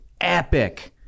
epic